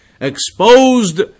exposed